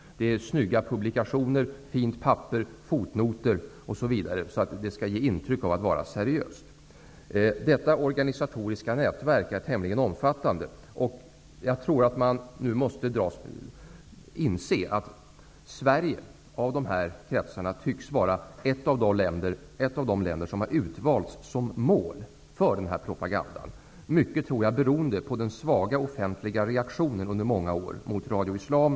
Det är snygga publikationer, fint papper, fotnoter, osv., så att det skall ge intryck av att vara seriöst. Det organisatoriska nätverket är tämligen omfattande. Jag tror att man nu måste inse att Sverige, av de här kretsarna, tycks vara ett av de länder som har utvalts som mål för den här propagandan. Jag tror att det beror mycket på den svaga offentliga reaktionen under många år mot Radio Islam.